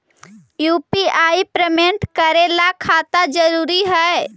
UPI payment करे ला खाता जरूरी है?